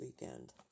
weekend